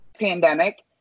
pandemic